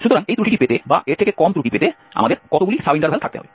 সুতরাং এই ত্রুটিটি পেতে বা এর থেকে কম ত্রুটি পেতে আমাদের কতগুলি সাব ইন্টারভাল থাকতে হবে